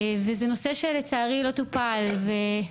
זה נושא שלא טופל, לצערי.